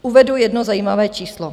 Uvedu jedno zajímavé číslo.